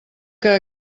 que